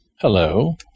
Hello